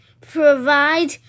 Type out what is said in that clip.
provide